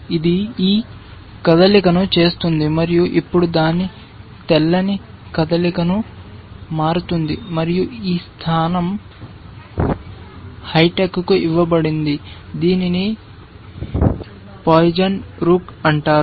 ఇది ఈ కదలికను చేస్తుంది మరియు ఇప్పుడు దాని తెల్లని కదలికకు మారుతుంది మరియు ఈ స్థానం హైటెక్కు ఇవ్వబడింది దీనిని పాయిజన్ రూక్ అంటారు